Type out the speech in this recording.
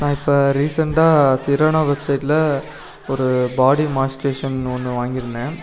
நான் இப்போ ரீசன்ட்டாக சிரனோ வெப்சைட்டில் ஒரு பாடி மாய்ஸ்ட்ரேஷன் ஒன்று வாங்கியிருந்தேன்